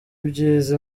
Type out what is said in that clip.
ibyiza